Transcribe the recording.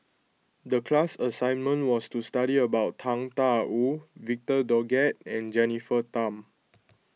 the class assignment was to study about Tang Da Wu Victor Doggett and Jennifer Tham